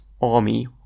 army